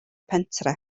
pentre